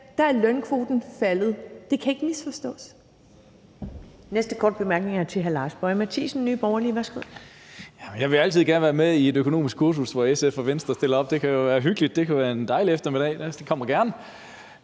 at lønkvoten er faldet. Det kan ikke misforstås.